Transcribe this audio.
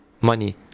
money